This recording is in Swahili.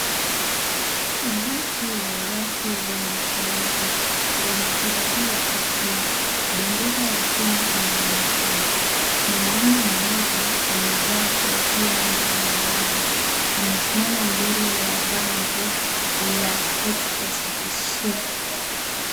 Umati wa watu wenye shauku, wanafurahia tukio. Bendera ya Kenye inaonekana. Mwanaume mmoja amevaa kofia na miwani. Amesimama mbele ya bango la HSBC.